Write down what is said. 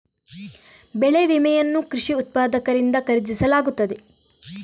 ಬೆಳೆ ವಿಮೆಯನ್ನು ಕೃಷಿ ಉತ್ಪಾದಕರಿಂದ ಖರೀದಿಸಲಾಗುತ್ತದೆ